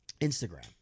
Instagram